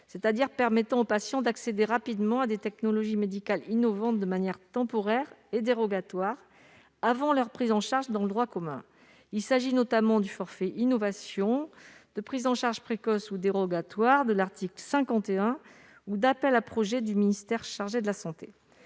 c'est-à-dire permettant aux patients d'accéder rapidement à des technologies médicales innovantes de manière temporaire et dérogatoire avant leur prise en charge dans le droit commun. Il s'agit notamment du forfait innovation, de la prise en charge précoce ou dérogatoire, de l'article 51 de la loi de financement de la